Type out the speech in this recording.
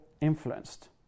influenced